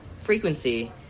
frequency